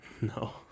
No